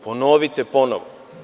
Ponovite ponovo.